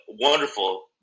wonderful